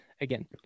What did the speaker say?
again